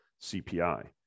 CPI